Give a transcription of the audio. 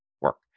work